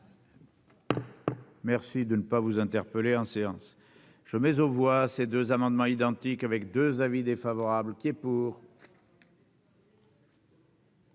Merci de ne pas vous interpeller en séance je mais on voit ces deux amendements identiques avec 2 avis défavorable qui est pour.